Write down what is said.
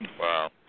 Wow